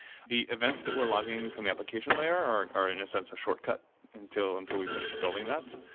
the events that we're logging from the application layer are are in a sense a shortcut until until we finish building that,